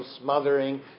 smothering